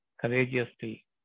courageously